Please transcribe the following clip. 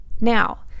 Now